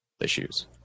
issues